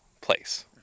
place